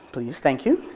please, thank you.